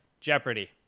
Jeopardy